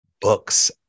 Books